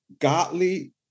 godly